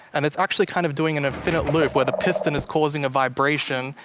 and it's actually kind of doing an infinite loop where the piston is causing a vibration,